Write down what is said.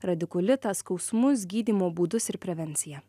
radikulitą skausmus gydymo būdus ir prevenciją